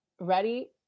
ready